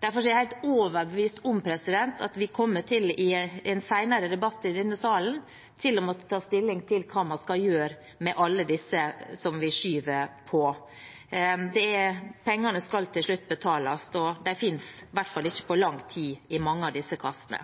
Derfor er jeg helt overbevist om at vi i en senere debatt i denne salen kommer til å måtte ta stilling til hva man skal gjøre med alt dette som vi skyver på. De pengene skal til slutt betales, og de finnes i hvert fall ikke på lang tid i mange av disse kassene.